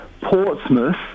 Portsmouth